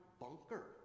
bunker